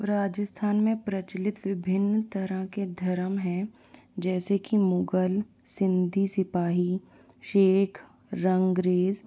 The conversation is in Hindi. राजस्थान में प्रचलित विभिन्य तरह के धर्म हैं जैसे कि मुगल सिन्धी सिपाही शेख रंगरेज़